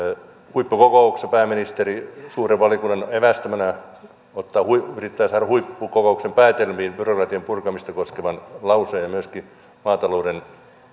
huippukokouksessa pääministeri suuren valiokunnan evästämänä yrittää saada huippukokouksen päätelmiin byrokratian purkamista koskevan lauseen ja myöskin maatalouden